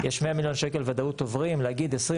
שיש 100 מיליון שקל בוודאות שעוברים ולהגיד 20,